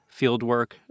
Fieldwork